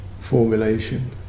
formulation